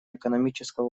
экономического